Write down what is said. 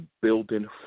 building